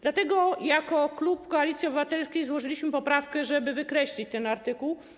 Dlatego jako klub Koalicji Obywatelskiej złożyliśmy poprawkę, żeby wykreślić ten artykuł.